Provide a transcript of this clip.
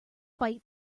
bite